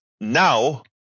now